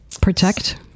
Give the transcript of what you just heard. protect